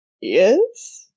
Yes